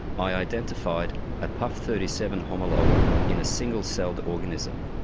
i identified a puff thirty seven homologue in a single-celled organism.